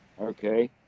Okay